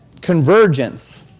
convergence